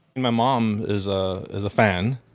my mom is ah is a fan,